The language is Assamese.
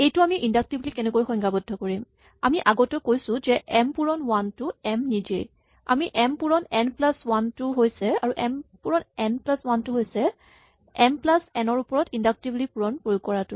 এইটো আমি ইন্ডাক্টিভলী কেনেকৈ সংজ্ঞাবদ্ধ কৰিম আমি কৈছো যে এম পূৰণ ৱান টো এম নিজেই আৰু এম পূৰণ এন প্লাচ ৱান টো হৈছে এম প্লাচ এন ৰ ওপৰত ইন্টাক্টিভলী পূৰণ প্ৰয়োগ কৰাটো